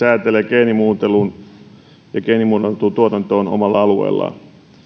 geenimuunteluun ja geenimuunneltuun tuotantoon omalla alueellaan ja säätelee sitä harva asia